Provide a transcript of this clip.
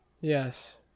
Yes